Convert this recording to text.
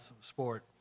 sport